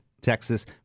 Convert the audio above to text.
Texas